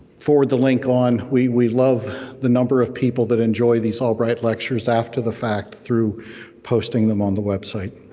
forward the link on. we we love the number of people that enjoy these albright lectures after the fact through posting them on the website.